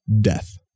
death